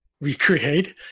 recreate